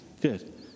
good